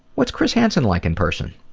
what's chris hansen like in person?